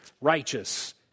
righteous